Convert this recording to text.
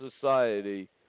society